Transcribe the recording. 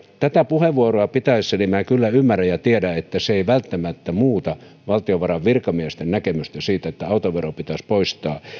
tätä puheenvuoroa pitäessäni kyllä ymmärrän ja tiedän että se ei välttämättä muuta valtiovarainministeriön virkamiesten näkemystä siitä että autovero pitäisi poistaa